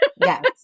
Yes